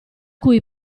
cui